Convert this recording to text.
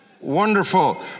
Wonderful